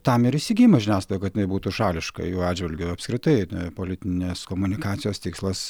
tam ir įsigyjama žiniasklaida kad jinai būtų šališka jų atžvilgiu apskritai politinės komunikacijos tikslas